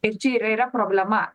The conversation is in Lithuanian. ir čia ir yra problema